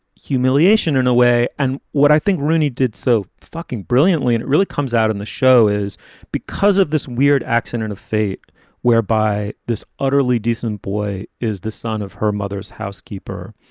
humiliation, in a way. and what i think rooney did so fucking brilliantly and really comes out in the show is because of this weird accident of fate whereby this utterly decent boy is the son of her mother's housekeeper.